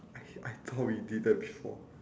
I I thought we did that before